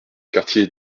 quartier